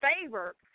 favor